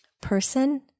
person